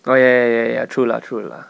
oh ya ya ya ya true lah true lah